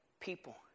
people